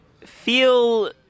feel